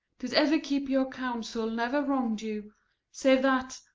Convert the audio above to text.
did ever keep your counsels, never wrong'd you save that,